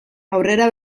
aurrera